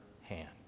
hand